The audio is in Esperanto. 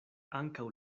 ankaŭ